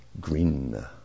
green